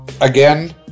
again